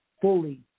fully